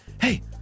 Hey